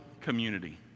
community